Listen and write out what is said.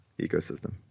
ecosystem